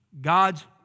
God's